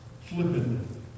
Flippantly